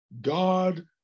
god